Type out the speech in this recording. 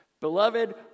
Beloved